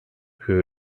who